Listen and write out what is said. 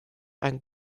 ein